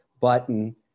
button